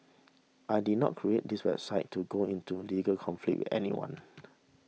I did not create this website to go into legal conflict with anyone